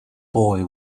boy